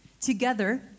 together